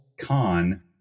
Con